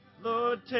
Lord